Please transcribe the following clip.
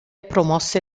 promosse